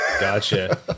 gotcha